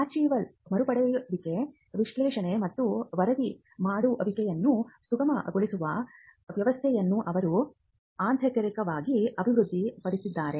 archival ಮರುಪಡೆಯುವಿಕೆ ವಿಶ್ಲೇಷಣೆ ಮತ್ತು ವರದಿ ಮಾಡುವಿಕೆಯನ್ನು ಸುಗಮಗೊಳಿಸುವ ವ್ಯವಸ್ಥೆಯನ್ನು ಅವರು ಆಂತರಿಕವಾಗಿ ಅಭಿವೃದ್ಧಿಪಡಿಸಿದ್ದಾರೆ